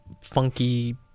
funky